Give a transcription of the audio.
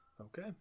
Okay